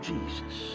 Jesus